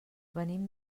venim